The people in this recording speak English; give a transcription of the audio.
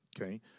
okay